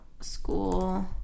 School